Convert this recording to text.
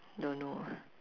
don't know ah